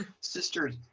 Sisters